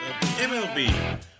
MLB